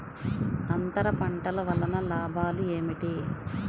అంతర పంటల వలన లాభాలు ఏమిటి?